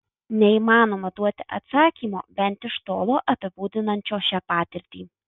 neįmanoma duoti atsakymo bent iš tolo apibūdinančio šią patirtį